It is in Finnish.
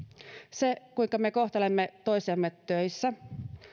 se kuinka me kohtelemme toisiamme töissä